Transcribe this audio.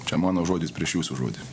čia mano žodis prieš jūsų žodį